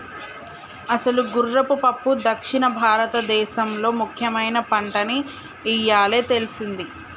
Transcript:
అసలు గుర్రపు పప్పు దక్షిణ భారతదేసంలో ముఖ్యమైన పంటని ఇయ్యాలే తెల్సింది